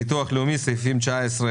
ביטוח לאומי, סעיפים 20-19,